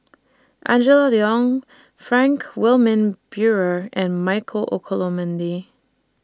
Angela Liong Frank Wilmin Brewer and Michael Olcomendy